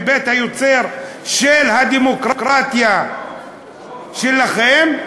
מבית-היוצר של הדמוקרטיה שלכם,